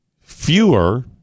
Fewer